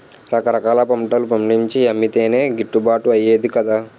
రకరకాల పంటలు పండించి అమ్మితేనే గిట్టుబాటు అయ్యేది కదా